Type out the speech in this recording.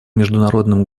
международным